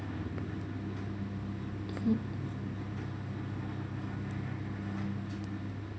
mm